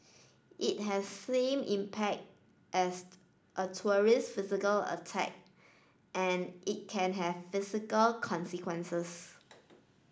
it has same impact as a terrorist physical attack and it can have physical consequences